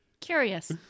Curious